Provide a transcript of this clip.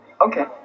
Okay